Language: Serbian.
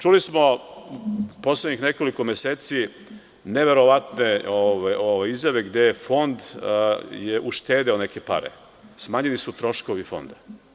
Čuli smo poslednjih nekoliko meseci neverovatne izjave gde je Fond uštedeo neke pare - smanjeni su troškove Fonda.